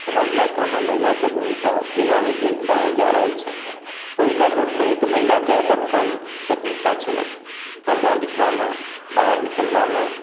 हमर इलाकामे महिलाके भूमिका दिनानुदिन बढ़ल जा रहल छनि पहिलुका गप करी तऽ महिलाके बड कम स्वतन्त्रता छलनि पढ़बा लिखबामे बाहर निकलबामे